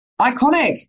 Iconic